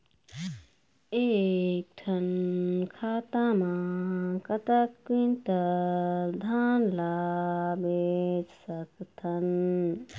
एक ठन खाता मा कतक क्विंटल धान ला बेच सकथन?